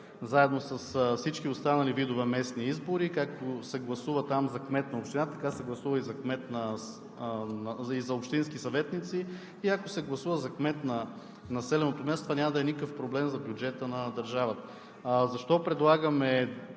заедно с всички останали видове местни избори. Както се гласува там за кмет на община, така се гласува и за общински съветници и ако се гласува за кмет на населеното място, това няма да е никакъв проблем за бюджета на държавата. Защо предлагаме